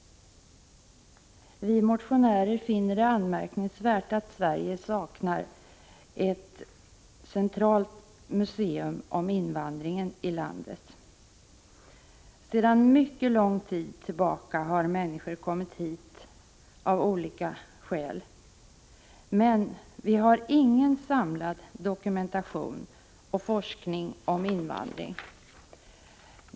Vi motionärer finner det anmärkningsvärt att Sverige saknar ett centralt museum om invandringen i landet. Sedan mycket lång tid tillbaka har människor kommit hit av olika skäl. Men vi har ingen samlad dokumentation eller forskning om invandring.